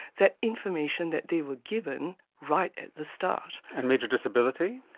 that information that they were given right at the start. and major disability?